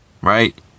Right